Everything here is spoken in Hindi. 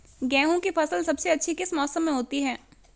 गेंहू की फसल सबसे अच्छी किस मौसम में होती है?